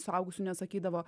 suaugusių nesakydavo